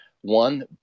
One